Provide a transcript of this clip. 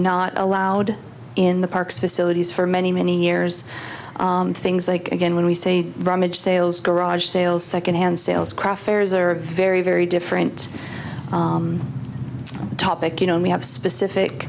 not allowed in the parks facilities for many many years things like again when we say rummage sales garage sales secondhand sales craft fairs are a very very different topic you know and we have specific